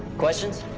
questions?